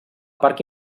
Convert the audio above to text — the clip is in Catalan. parc